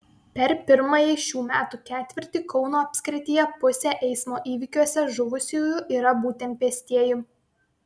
per pirmąjį šių metų ketvirtį kauno apskrityje pusė eismo įvykiuose žuvusiųjų yra būtent pėstieji